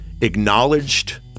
acknowledged